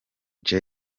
joy